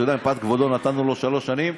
מפאת כבודו נתנו לו שלוש שנים,